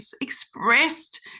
expressed